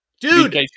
Dude